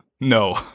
No